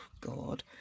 god